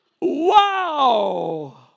wow